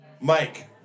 Mike